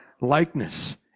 likeness